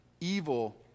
evil